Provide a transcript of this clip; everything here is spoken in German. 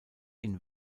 ihn